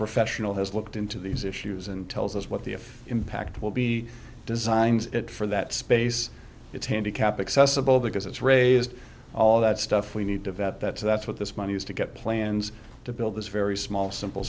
professional has looked into these issues and tells us what the if impact will be designed it for that space it's handicapped accessible because it's raised all that stuff we need to vet that so that's what this money is to get plans to build this very small simple